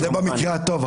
זה במקרה הטוב.